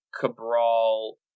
Cabral